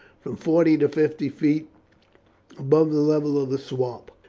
from forty to fifty feet above the level of the swamp.